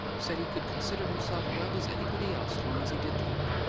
said he could consider himself well as anybody else long as he did that.